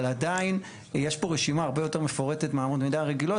אבל עדיין יש פה רשימה הרבה יותר מפורטת מאמות המידה הרגילות,